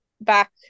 back